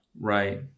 Right